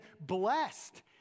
blessed